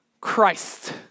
christ